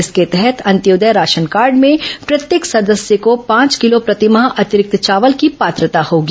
इसके तहत अंत्योदय राशन कार्ड में प्रत्येक सदस्य को पांच किलो प्रतिमाह अतिरिक्त चावल की पात्रता होगी